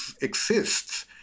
exists